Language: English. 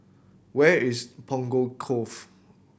where is Punggol Cove